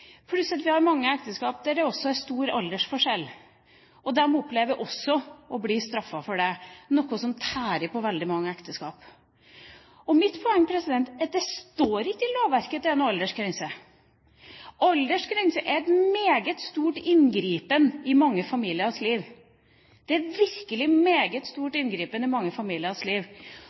pluss at det er mange ekteskap der det også er stor aldersforskjell, og de opplever også å bli straffet for det – noe som tærer på veldig mange ekteskap. Mitt poeng er at det står ikke i lovverket at det er noen aldersgrense. Krav om en aldersgrense er en meget stor inngripen i mange familiers liv. Det er virkelig en meget stor inngripen i mange familiers liv.